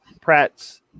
Pratt's